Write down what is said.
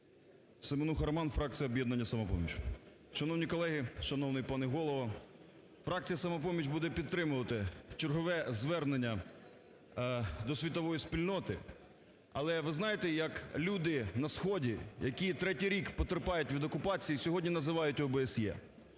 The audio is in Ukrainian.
Семенуха Роман, фракція "Об'єднання "Самопоміч". Шановні колеги, шановний пане Голово! Фракція "Самопоміч" буде підтримувати чергове звернення до світової спільноти. Але ви знаєте, як люди на сході, які третій рік потерпають від окупації, сьогодні називають ОБСЄ?